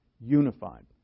unified